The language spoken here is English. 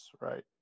right